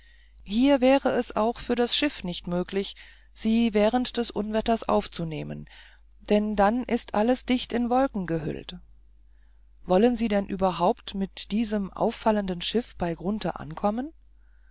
hier wäre es auch für das schiff nicht möglich sie während des unwetters aufzunehmen denn dann ist alles dicht in wolken gehüllt wollen sie denn überhaupt mit diesem auffallenden schiff bei grunthe ankommen